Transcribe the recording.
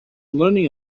learning